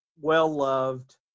well-loved